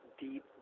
deep